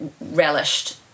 relished